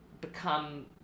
become